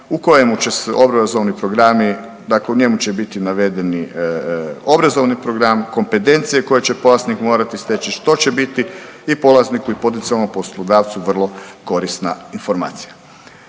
u kojemu će obrazovni programi, dakle u njemu će biti navedeni obrazovni program, kompetencije koje će polaznik morati steći, što će biti polazniku i potencijalnom poslodavcu vrlo korisna informacija.